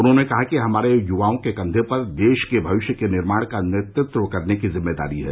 उन्होंने कहा कि हमारे युवाओं के कंघों पर देश के भविष्य के निर्माण का नेतृत्व करने की जिम्मेदारी है